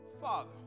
Father